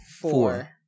Four